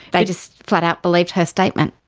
they just flat-out believed her statement.